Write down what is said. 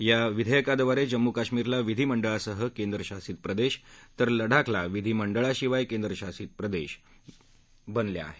या विधेयकाद्वारे जम्मू कश्मीरला विधीमंडळासह केंद्रशासित प्रदेश तर लडाखला विधीमंडळाशिवाय केंद्रशासित प्रदेश बनले आहेत